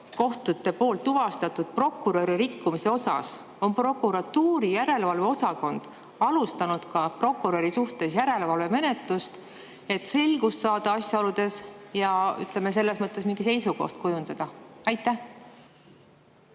kohtute tuvastatud prokuröri rikkumise tõttu on prokuratuuri järelevalveosakond alustanud prokuröri suhtes järelevalvemenetlust, et saada selgust asjaoludes ja, ütleme, selles mõttes mingi seisukoht kujundada? Aitäh!